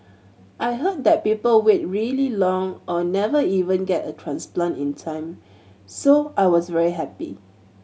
I heard that people wait really long or never even get a transplant in time so I was very happy